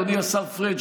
אדוני השר פריג',